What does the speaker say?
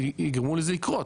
יגרמו לזה לקרות.